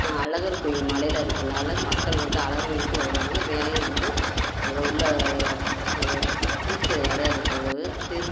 அழகர் கோயில் மலையில இருக்கதுனால மக்கள் வந்து அழகர் கோயிலுக்கும் வருவாங்கள் மேலேயும் வந்து அங்கே உள்ள அங்கே ஒரு குளிக்கின்ற இடம் இருக்கும் திருத்